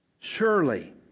Surely